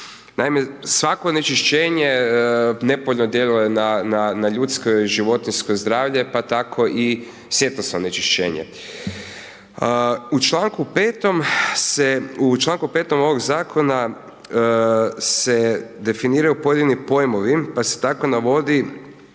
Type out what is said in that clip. svako onečišćenje nepovoljno djeluje na ljudsko i životinjsko zdravlje, pa tako i svjetlosno onečišćenje. U čl. 5. ovog zakona se definiraju pojedini pojmovi pa se tako navodi